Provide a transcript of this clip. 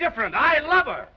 different i love her